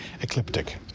ecliptic